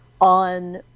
on